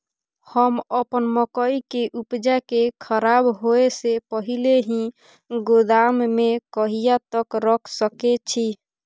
हम अपन मकई के उपजा के खराब होय से पहिले ही गोदाम में कहिया तक रख सके छी?